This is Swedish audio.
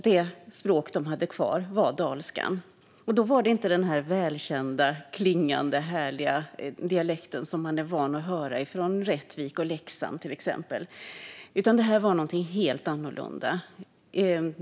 Det språk de hade kvar var dalskan - och inte den välkända, klingande, härliga daladialekten från Leksand och Rättvik utan något helt annat.